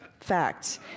facts